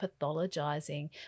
pathologizing